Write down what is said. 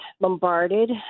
bombarded